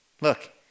Look